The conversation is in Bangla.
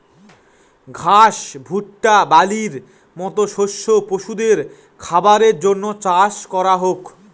ঘাস, ভুট্টা, বার্লির মতো শস্য পশুদের খাবারের জন্য চাষ করা হোক